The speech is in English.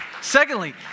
secondly